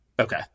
Okay